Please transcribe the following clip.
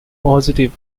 positive